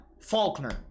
Faulkner